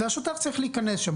והשוטר צריך להיכנס שם.